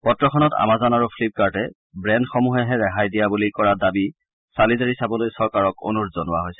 পত্ৰখনত আমাজান আৰু ফ্লিপকাৰ্টে বেণ্ড সমূহেহে ৰেহাই প্ৰদান কৰা বুলি কৰা দাবী চালি জাৰি চাবলৈ চৰকাৰৰ প্ৰতি অনুৰোধ জনোৱা হৈছে